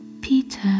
Peter